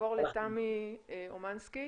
נעבור לתמי אומנסקי.